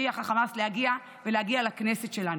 הצליח החמאס להגיע, להגיע לכנסת שלנו.